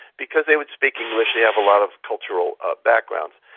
because they would speak english, they have a lot of cultural ah backgrounds.